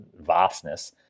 vastness